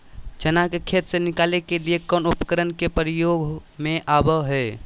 चना के खेत से निकाले के लिए कौन उपकरण के प्रयोग में आबो है?